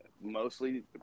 mostly